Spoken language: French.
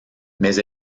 mais